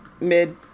mid